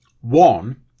One